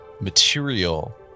material